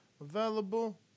Available